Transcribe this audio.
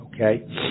Okay